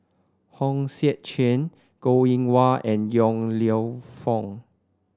Hong Sek Chern Goh Eng Wah and Yong Lew Foong